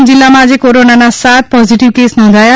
ડાંગ જિલ્લામાં આજે કોરોના ના સાત પોઝેટિવ કેસ નોંધાયા છે